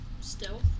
stealth